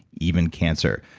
even cancer.